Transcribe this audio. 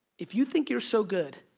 if you think you're so good,